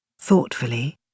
thoughtfully